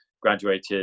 graduated